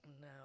No